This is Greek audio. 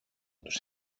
τους